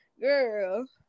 girl